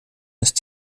ist